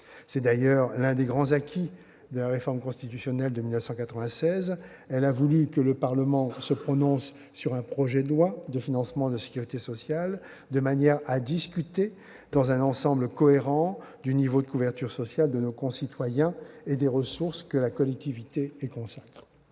C'est d'ailleurs l'un des grands acquis de la réforme constitutionnelle de 1996. Ses auteurs ont voulu que le Parlement se prononce sur un projet de loi de financement de la sécurité sociale, de manière à discuter dans un ensemble cohérent du niveau de couverture sociale de nos concitoyens et des ressources que la collectivité y consacre.